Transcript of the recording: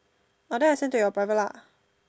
ah then I send to your private lah